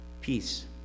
peace